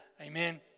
Amen